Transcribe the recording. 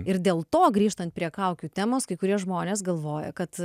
ir dėl to grįžtant prie kaukių temos kai kurie žmonės galvoja kad